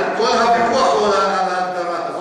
כל הוויכוח הוא על ההגדרה הזאת.